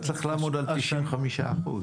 אתה צריך לעמוד על 95 אחוזים.